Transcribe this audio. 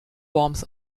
worms